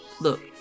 Look